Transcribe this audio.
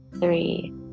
three